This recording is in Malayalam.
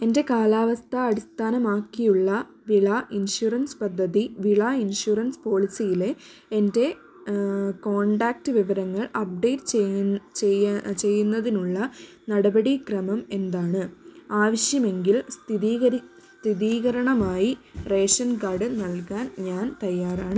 എന്റെ കാലാവസ്ഥാ അടിസ്ഥാനമാക്കിയുള്ള വിള ഇൻഷുറൻസ് പദ്ധതി വിള ഇൻഷുറൻസ് പോളിസിയിലെ എന്റെ കോണ്ടാക്ട് വിവരങ്ങൾ അപ്ടേറ്റ് ചെയ്യുന്നതിനുളള നടപടിക്രമം എന്താണ് ആവശ്യമെങ്കിൽ സ്ഥിതീകരി സ്ഥിതീകരണമായി റേഷൻ കാർഡ് നാൽകാൻ ഞാൻ തയ്യാറാണ്